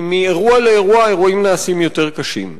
מאירוע לאירוע האירועים נעשים יותר קשים.